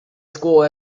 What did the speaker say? school